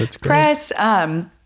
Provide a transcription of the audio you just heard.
press